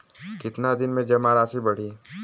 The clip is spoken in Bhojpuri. कितना दिन में जमा राशि बढ़ी?